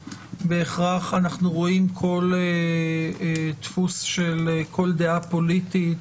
בהכרח אנחנו רואים כל דפוס של כל דעה פוליטית